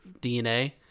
DNA